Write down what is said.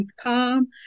calm